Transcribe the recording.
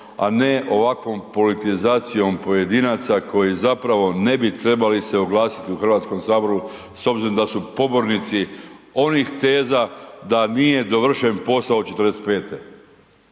a ne ovakvom politizacijom pojedinaca koji zapravo ne bi trebali se oglasiti u Hrvatskom saboru s obzirom da su pobornici onih teza da nije dovršen posao od '45.